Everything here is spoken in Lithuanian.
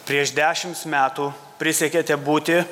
prieš dešims metų prisiekėte būti